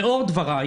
לאור דבריי,